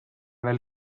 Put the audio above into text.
veel